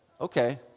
okay